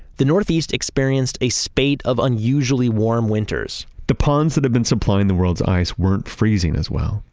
the northeast experienced a spate of unusually warm winters the ponds that have been supplying the world's ice weren't freezing as well.